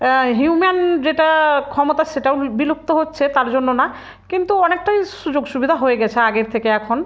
human যেটা ক্ষমতা সেটাও বিলুপ্ত হচ্ছে তার জন্য না কিন্তু অনেকটাই সুযোগ সুবিধা হয়ে গেছে আগের থেকে এখন